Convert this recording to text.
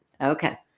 Okay